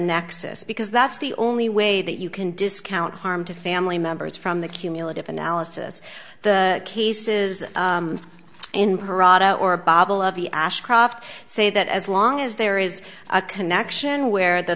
nexus because that's the only way that you can discount harm to family members from the cumulative analysis the cases in parata or babble of the ashcroft say that as long as there is a connection where the